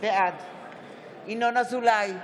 בעד ינון אזולאי,